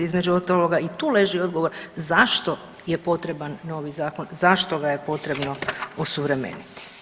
Između ostaloga i tu leži odgovor zašto je potreban novi zakon, zašto ga je potrebno osuvremeniti.